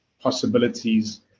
possibilities